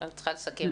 את צריכה לסכם,